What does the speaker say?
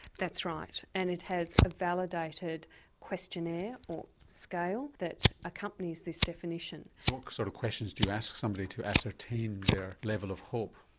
that's right. and it has a validated questionnaire scale that accompanies this definition. what sort of questions do you ask somebody to ascertain their level of hope?